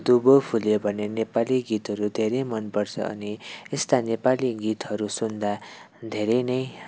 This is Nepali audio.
अनि दुबो फुल्यो भन्ने नेपाली गीतहरू धेरै मनपर्छ अनि यस्ता नेपाली गीतहरू सुन्दा धेरै नै